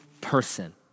person